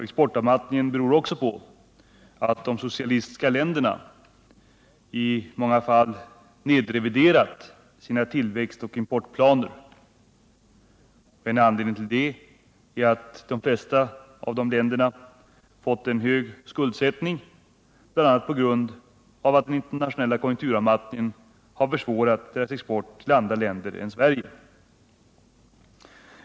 Exportavmattningen beror också på att de socialistiska länderna i många fall nedreviderat sina tillväxtoch importplaner, och anledningen till det är att de flesta av de länderna fått hög skuldsättning, bl.a. på grund av att den internationella konjunkturavmattningen har försvårat deras export till andra länder än Sverige.